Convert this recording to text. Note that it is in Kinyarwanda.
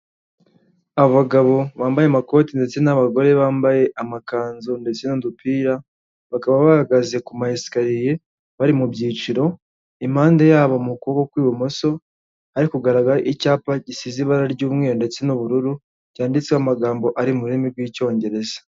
Abagabo bambaye amakoti ndetse n'abagore bambaye amakanzu ndetse n'udupira, bakaba bahagaze ku ma esariye bari mu byiciro impande yabo mu kuboko kw'ibumoso ari kugaragara icyapa gisize ibara ry'umweru ndetse n'ubururu, cyanditseho amagambo ari mu rurimi rw'icyongereza.